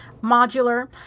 Modular